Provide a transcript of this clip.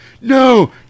No